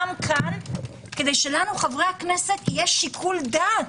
כאן כדי שלנו חברי הכנסת יהיה שיקול דעת.